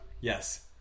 Yes